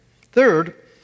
Third